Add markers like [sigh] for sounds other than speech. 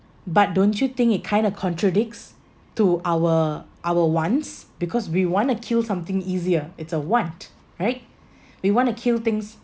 but don't you think it's kind of contradicts to our our wants because we want to kill something easier it's a want right [breath] we want to kill things